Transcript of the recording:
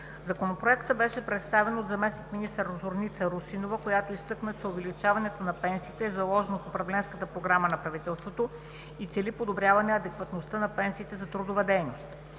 Законопроектът беше представен от заместник-министър Зорница Русинова, която изтъкна, че увеличението на пенсиите е заложено в управленската програма на правителството и цели подобряване адекватността на пенсиите за трудова дейност.